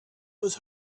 was